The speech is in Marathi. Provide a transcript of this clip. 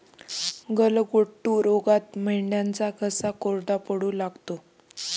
गलघोटू रोगात मेंढ्यांचा घसा कोरडा पडू लागतो